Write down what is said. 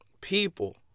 people